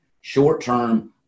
short-term